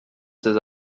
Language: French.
ses